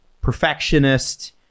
perfectionist